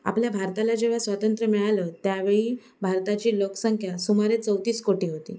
आपल्या भारताला जेव्हा स्वातंत्र्य मिळालं त्या वेळी भारताची लोकसंख्या सुमारे चौतीस कोटी होती